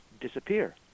disappear